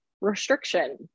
restriction